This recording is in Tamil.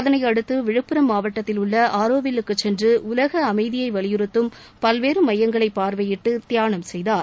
அதனையடுத்து விழுப்புரம் மாவட்டத்தில் உள்ள ஆரோவில்லுவுக்கு சென்று உலக அமைதியை வலியுறுத்தும் பல்வேறு மையங்களை பார்வையிட்டு தியானம் செய்தார்